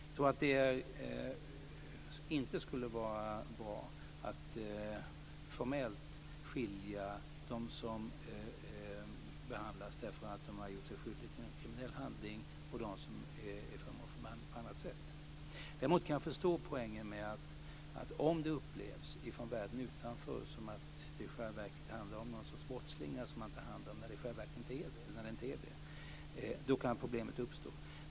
Jag tror inte att det skulle vara bra att formellt skilja dem som behandlas därför att de har gjort sig skyldiga till en kriminell handling och dem som är föremål för behandling på annat sätt åt. Däremot kan jag förstå att problemet kan uppstå om det från världen utanför upplevs som att det handlar om någon sorts brottslingar som man tar hand om när de i själva verket inte är det.